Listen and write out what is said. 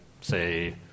say